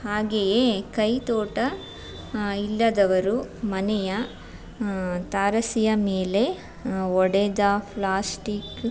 ಹಾಗೆಯೇ ಕೈತೋಟ ಇಲ್ಲದವರು ಮನೆಯ ತಾರಸಿಯ ಮೇಲೆ ಒಡೆದ ಪ್ಲಾಸ್ಟಿಕ್